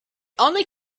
only